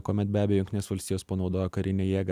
kuomet be abejo jungtinės valstijos panaudojo karinę jėgą